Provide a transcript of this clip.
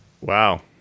Wow